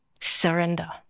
surrender